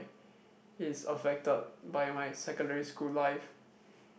is affected by my secondary school life